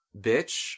bitch